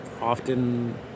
often